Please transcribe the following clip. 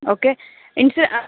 okay ఇన్సు